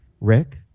Rick